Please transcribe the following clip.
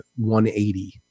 180